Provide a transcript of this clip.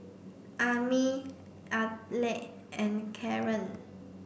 Amir Aleck and Caren